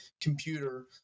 computer